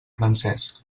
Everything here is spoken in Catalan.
francesc